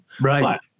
Right